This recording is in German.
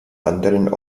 anderen